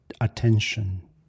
attention